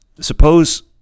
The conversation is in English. Suppose